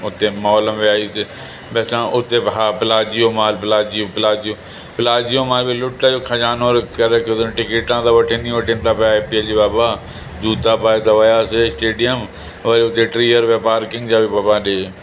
उते मॉल में बीहाईसीं भई उते हा प्लाजीओ मॉल प्लाजीओ प्लाजीओ प्लाजीओ मॉल में लूट जो खजानो करे रखियो अथनि टिकेटां त वठनि ई वठनि था पिया आई पी एल जी बाबा जूता पाए त वियासीं स्टेडियम वरी उते टीह रुपया पार्किंग जा बि बाबा ॾिए